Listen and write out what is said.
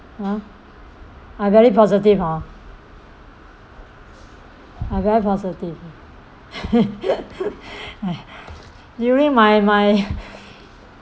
!huh! I very positive hor I very positive during my my